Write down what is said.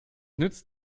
nützt